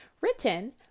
written